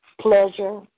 pleasure